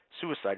suicide